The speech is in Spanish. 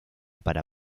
para